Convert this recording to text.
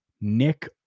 Nick